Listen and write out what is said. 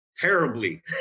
terribly